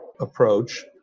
approach